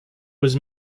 was